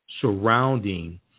surrounding